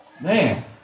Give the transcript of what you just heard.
man